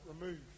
removed